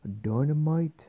Dynamite